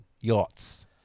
yachts